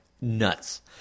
nuts